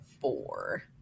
four